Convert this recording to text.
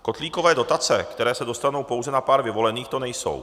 Kotlíkové dotace, které se dostanou pouze na pár vyvolených, to nejsou.